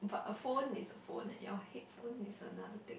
but a phone is a phone your headphone is another thing